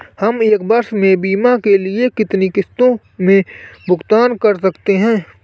हम एक वर्ष में बीमा के लिए कितनी किश्तों में भुगतान कर सकते हैं?